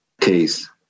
case